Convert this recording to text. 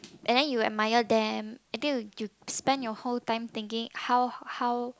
and then you admire them until you you spend your whole time thinking how how